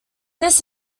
this